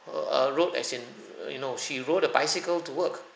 err uh rode as in err you know she rode a bicycle to work